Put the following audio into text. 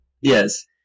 yes